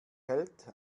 hält